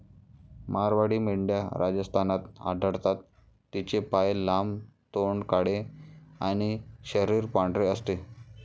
मारवाडी मेंढ्या राजस्थानात आढळतात, तिचे पाय लांब, तोंड काळे आणि शरीर पांढरे असते